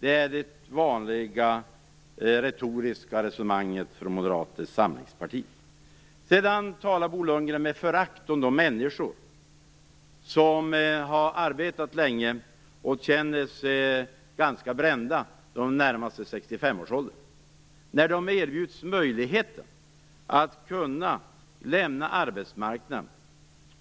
Det är det vanliga retoriska resonemanget från Moderata samlingspartiet. Sedan talar Bo Lundgren med förakt om de människor som har arbetat länge och känner sig ganska brända. De närmar sig 65-årsåldern. När de erbjuds möjligheten att lämna arbetsmarknaden